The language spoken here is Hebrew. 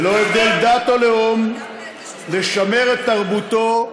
ללא הבדל דת או לאום, לשמר את תרבותו,